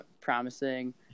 promising